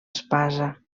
espasa